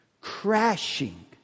crashing